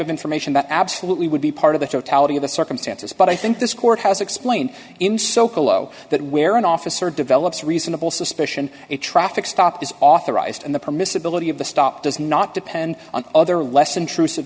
of information that absolutely would be part of the totality of the circumstances but i think this court has explained in socolow that where an officer develops reasonable suspicion a traffic stop is authorized and the permissibility of the stop does not depend on other less intrusive